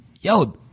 yo